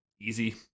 Easy